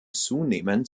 zunehmend